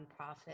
nonprofit